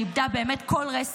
שאיבדה כל רסן,